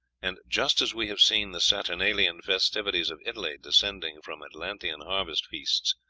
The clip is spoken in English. and just as we have seen the saturnalian festivities of italy descending from atlantean harvest-feasts,